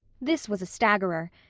this was a staggerer.